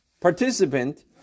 participant